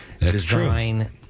design